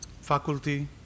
faculty